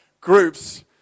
groups